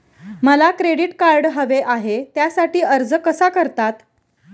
मला credit card हवे आहे त्यासाठी अर्ज कसा करतात?